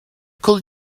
could